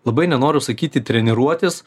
labai nenoriu sakyti treniruotės